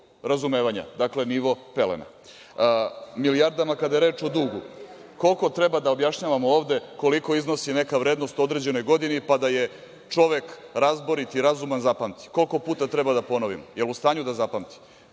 razumevanja, dakle, nivo pelena. Kada je reč o dugu, koliko treba da objašnjavamo ovde koliko iznosi neka vrednost u određenoj godini, pa da je čovek razborit i razuman zapamti? Koliko puta treba da ponovimo? Da li je u stanju da zapamti?